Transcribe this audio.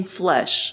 flesh